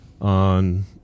on